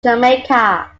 jamaica